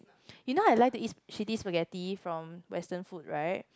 you know I like to eat shitty spaghetti from western food right